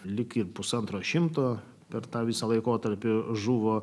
lyg ir pusantro šimto per tą visą laikotarpį žuvo